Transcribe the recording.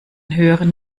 höheren